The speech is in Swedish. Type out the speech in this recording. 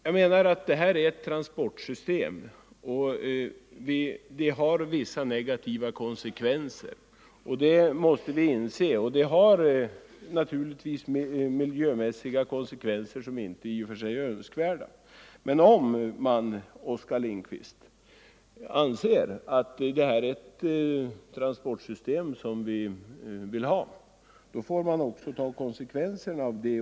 Här har vi nu ett transportsystem med vissa negativa miljömässiga konsekvenser, det måste vi erkänna. Men, Oskar Lindkvist, om det är ett transportsystem som vi vill ha, så får man ju också ta de konsekvenser det för med sig.